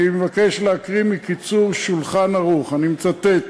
אני מבקש להקריא מ"קיצור שולחן ערוך", אני מצטט: